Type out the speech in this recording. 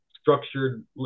structured